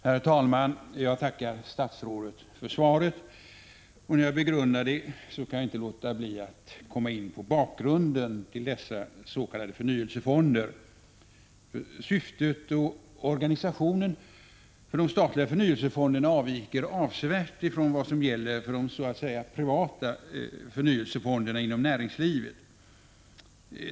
Herr talman! Jag tackar statsrådet för svaret. När jag begrundar det kan jag inte låta bli att komma in på bakgrunden till dessa s.k. förnyelsefonder. Syftet med och organisationen för de statliga förnyelsefonderna avviker avsevärt från vad som gäller för de privata förnyelsefonderna inom näringslivet.